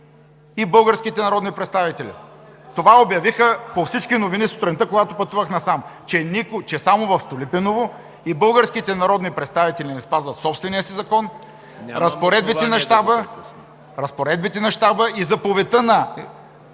и българските народни представители. Това обявиха по всички новини сутринта, когато пътувах насам, че само в Столипиново и българските народни представители не спазват собствения си закон… (Шум и реплики.)